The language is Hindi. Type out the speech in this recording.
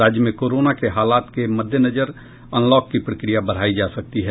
राज्य में कोरोना के हालात के मद्देनजर अनलॉक की प्रक्रिया बढ़ायी जा सकती है